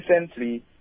recently